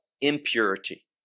impurity